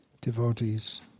devotees